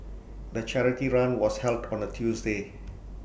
the charity run was held on A Tuesday